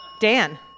Dan